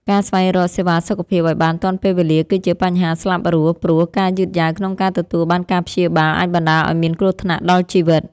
ការស្វែងរកសេវាសុខភាពឱ្យបានទាន់ពេលវេលាគឺជាបញ្ហាស្លាប់រស់ ព្រោះការយឺតយ៉ាវក្នុងការទទួលបានការព្យាបាលអាចបណ្តាលឱ្យមានគ្រោះថ្នាក់ដល់ជីវិត។